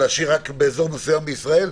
להשאיר רק "באזור מסוים בישראל"?